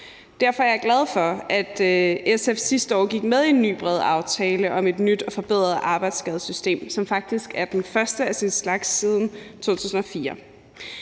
Derfor er jeg glad for, at SF sidste år gik med i en ny bred aftale om et nyt og forbedret arbejdsskadesystem, som faktisk er det første af sin slags siden 2004.